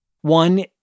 One